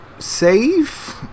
save